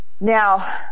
Now